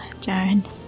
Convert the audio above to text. Jaren